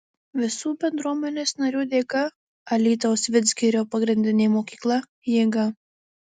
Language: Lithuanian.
visų bendruomenės narių dėka alytaus vidzgirio pagrindinė mokykla jėga